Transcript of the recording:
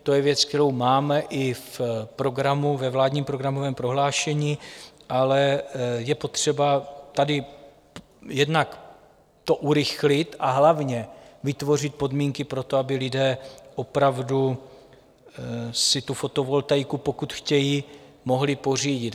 To je věc, kterou máme i v programu, ve vládním programovém prohlášení, ale je potřeba tady jednak to urychlit, a hlavně vytvořit podmínky pro to, aby lidé opravdu si tu fotovoltaiku, pokud chtějí, mohli pořídit.